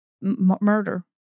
murder